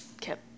kept